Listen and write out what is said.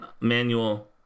manual